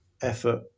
effort